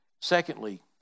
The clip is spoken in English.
secondly